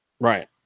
Right